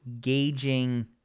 gauging